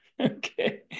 Okay